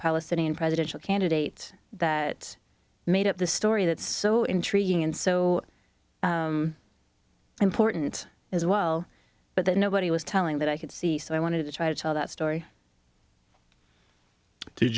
palestinian presidential candidate that made up the story that's so intriguing and so important as well but that nobody was telling that i could see so i wanted to try to tell that story did